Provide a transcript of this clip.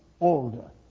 older